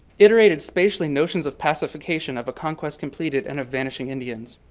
iterated spatially notions of pacification of a conquest completed and of vanishing indians.